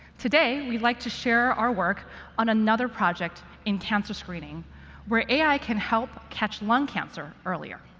today, we'd like to share our work on another project in cancer screening where ai can help catch lung cancer earlier.